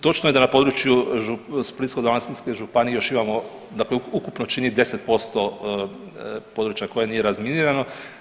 Točno je da na području Splitsko-dalmatinske županije još imamo dakle ukupno čini 10% područja koje nije razminirano.